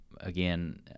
again